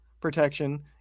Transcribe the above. protection